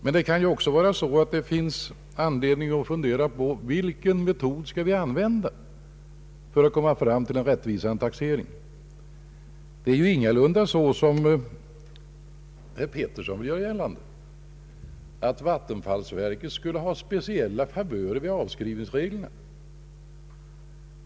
Men det kan också vara så att det finns anledning att undersöka vilken metod som skall användas för att man skall komma fram till en rättvis taxering. Det förhåller sig ingalunda på det sättet, som herr Pettersson gör gällande, att statens vattenfallsverk skulle ha speciella favörer vid tillämpning av avskrivningsreglerna.